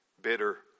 bitter